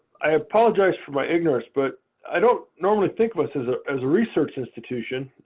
i apologize for my ignorance. but i don't normally think of us as ah as a research institution.